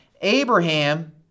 Abraham